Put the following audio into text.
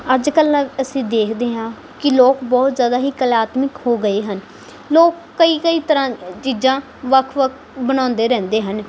ਅੱਜ ਕੱਲ੍ਹ ਅਸੀਂ ਦੇਖਦੇ ਹਾਂ ਕਿ ਲੋਕ ਬਹੁਤ ਜ਼ਿਆਦਾ ਹੀ ਕਲਾਤਮਿਕ ਹੋ ਗਏ ਹਨ ਲੋਕ ਕਈ ਕਈ ਤਰ੍ਹਾਂ ਚੀਜ਼ਾਂ ਵੱਖ ਵੱਖ ਬਣਾਉਂਦੇ ਰਹਿੰਦੇ ਹਨ